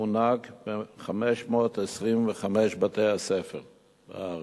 המונהג ב-525 בתי-ספר בארץ.